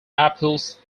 apples